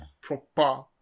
Proper